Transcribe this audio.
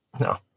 No